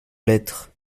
lettre